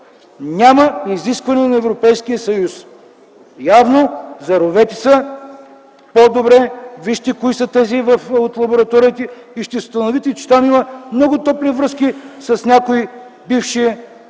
няма изискване на Европейския съюз. Заровете се по-добре, вижте кои са тези от лабораториите и ще установите, че там има много топли връзки с някои бивши